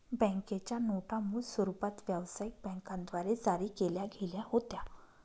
बँकेच्या नोटा मूळ स्वरूपात व्यवसायिक बँकांद्वारे जारी केल्या गेल्या होत्या